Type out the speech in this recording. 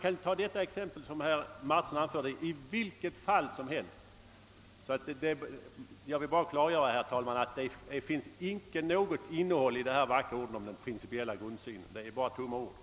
Man kan anföra herr Martinssons exempel i vilket fall som helst. Jag vill bara klargöra, herr talman, att det inte finns något innehåll i detta vackra tal om den principiella grundsynen. Det är bara tomma ord.